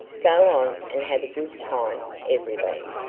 go on and have a good time, everybody,